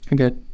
Okay